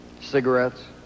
cigarettes